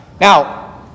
Now